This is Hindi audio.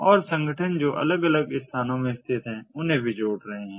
और संगठन जो अलग अलग स्थानों में स्थित हैं उन्हें भी जोड़ रहे हैं